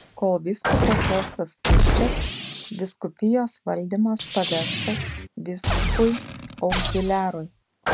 kol vyskupo sostas tuščias vyskupijos valdymas pavestas vyskupui augziliarui